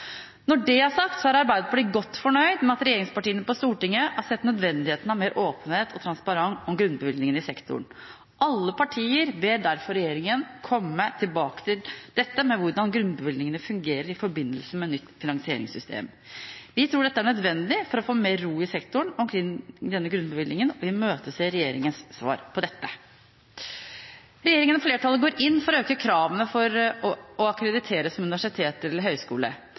Når det er sagt, er Arbeiderpartiet godt fornøyd med at regjeringspartiene på Stortinget har sett nødvendigheten av mer åpenhet og transparens om grunnbevilgningene i sektoren. Alle partiene ber derfor regjeringen komme tilbake til dette med hvordan grunnbevilgningene fungerer i forbindelse med nytt finansieringssystem. Vi tror dette er nødvendig for å få mer ro i sektoren omkring denne grunnbevilgningen, og vi imøteser regjeringens svar på dette. Regjeringen og flertallet går inn for å øke kravene for å akkrediteres som universitet eller høyskole.